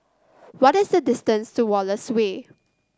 what is the distance to Wallace Way